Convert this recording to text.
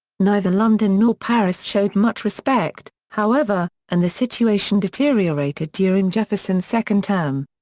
neither london nor paris showed much respect, however, and the situation deteriorated during jefferson's second term.